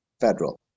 federal